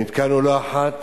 נתקלנו לא אחת